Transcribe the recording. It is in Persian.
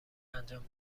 انجام